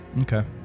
Okay